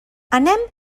anem